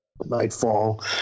Nightfall